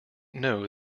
know